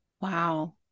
Wow